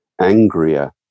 angrier